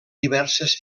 diverses